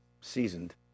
seasoned